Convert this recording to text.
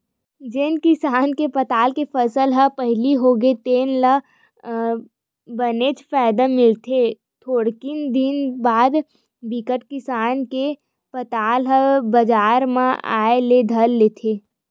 जेन किसान के पताल के फसल ह पहिली होगे तेन ल बनेच फायदा मिलथे थोकिन दिन बाद बिकट किसान के पताल ह बजार म आए ल धर लेथे